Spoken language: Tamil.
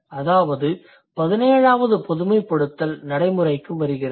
அதாவது பதினேழாவது பொதுமைப்படுத்தல் நடைமுறைக்கு வருகிறது